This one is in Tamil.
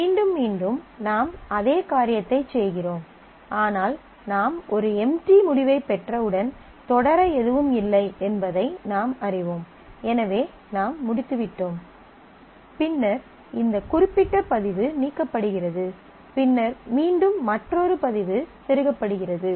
மீண்டும் மீண்டும் நாம் அதே காரியத்தைச் செய்கிறோம் ஆனால் நாம் ஒரு எம்ப்ட்டி முடிவைப் பெற்றவுடன் தொடர எதுவும் இல்லை என்பதை நாம் அறிவோம் எனவே நாம் முடித்துவிட்டோம் பின்னர் இந்த குறிப்பிட்ட பதிவு நீக்கப்படுகிறது பின்னர் மீண்டும் மற்றொரு பதிவு செருகப்படுகிறது